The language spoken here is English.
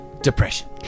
Depression